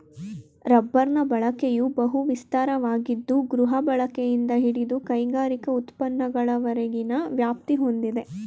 ರಬ್ಬರ್ನ ಬಳಕೆಯು ಬಹು ವಿಸ್ತಾರವಾಗಿದ್ದು ಗೃಹಬಳಕೆಯಿಂದ ಹಿಡಿದು ಕೈಗಾರಿಕಾ ಉತ್ಪನ್ನಗಳವರೆಗಿನ ವ್ಯಾಪ್ತಿ ಹೊಂದಿದೆ